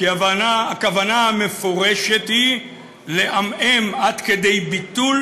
כי הכוונה המפורשת היא לעמעם עד כדי ביטול